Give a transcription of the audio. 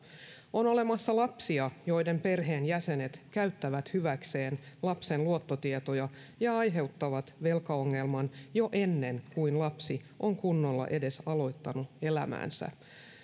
on olemassa lapsia joiden perheenjäsenet käyttävät hyväkseen lapsen luottotietoja ja aiheuttavat velkaongelman jo ennen kuin lapsi on kunnolla edes aloittanut elämäänsä